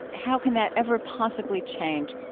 how can that ever possibly change?